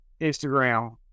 Instagram